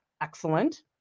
Excellent